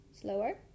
slower